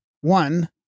One